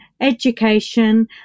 education